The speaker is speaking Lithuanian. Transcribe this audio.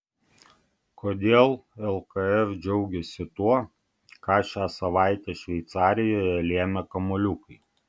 kodėl lkf džiaugiasi tuo ką šią savaitę šveicarijoje lėmė kamuoliukai